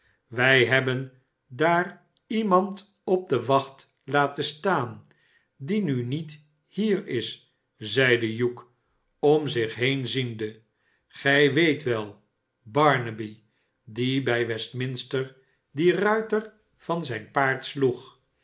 wij hebben daar iemand op de wacht laten staan die nu niet hier is zeide hugh om zich heen ziende gij weet wel bareene boodschap van barnaby naby die bij westminster dien ruiter van zijn paard sloeg